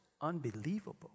unbelievable